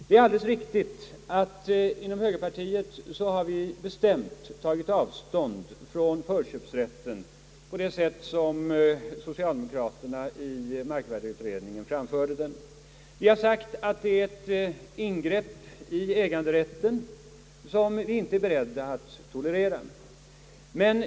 Det är alldeles riktigt att vi inom högerpartiet bestämt tagit avstånd från förköpsrätten på det sätt som so cialdemokraterna i markvärdeutredningen framfört dem. Vi har sagt att den är ett ingrepp i äganderätten, som vi inte är beredda att tolerera.